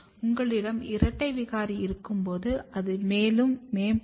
உங்களிடம் இரட்டை விகாரி இருக்கும்போது அது மேலும் மேம்பட்டது